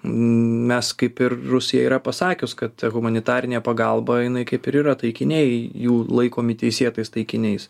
mes kaip ir rusija yra pasakius kad humanitarinė pagalba jinai kaip ir yra taikiniai jų laikomi teisėtais taikiniais